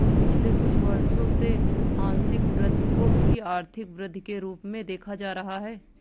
पिछले कुछ वर्षों से आंशिक वृद्धि को भी आर्थिक वृद्धि के रूप में देखा जा रहा है